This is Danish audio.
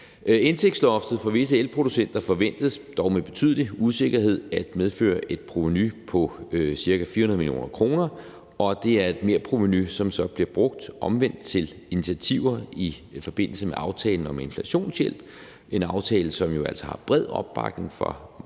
Indtægtsloftet for visse elproducenter forventes – dog med betydelig usikkerhed – at medføre et provenu på cirka 400 mio. kr. Og det er et merprovenu, som så omvendt bliver brugt til initiativer i forbindelse med aftalen om inflationshjælp. Det er en aftale, som jo altså har bred opbakning fra rigtig mange